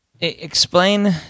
explain